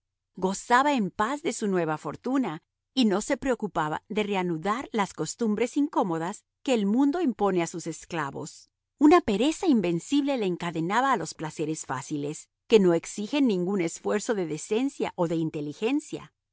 gozaba en paz de su nueva fortuna y no se preocupaba de reanudar las costumbres incómodas que el mundo impone a sus esclavos una pereza invencible le encadenaba a los placeres fáciles que no exigen ningún esfuerzo de decencia o de inteligencia